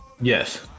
Yes